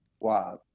Wow